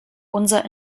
unser